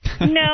No